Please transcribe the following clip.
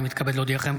הינני מתכבד להודיעכם,